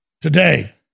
today